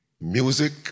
music